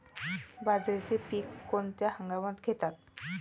बाजरीचे पीक कोणत्या हंगामात घेतात?